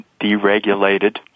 deregulated